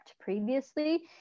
previously